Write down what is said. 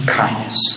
kindness